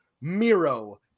Miro